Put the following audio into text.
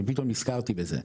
אני פתאום נזכרתי בזה,